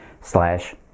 slash